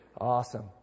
Awesome